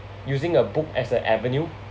using a book as a avenue